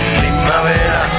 primavera